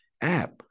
app